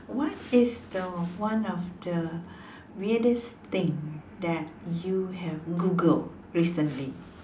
what is the one of the weirdest thing that you have Googled recently